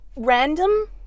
random